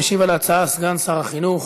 משיב על ההצעה סגן שר החינוך,